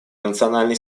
национальный